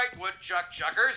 woodchuck-chuckers